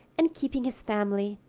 and keeping his family.